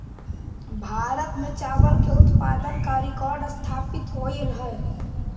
भारत में चावल के उत्पादन का रिकॉर्ड स्थापित होइल हई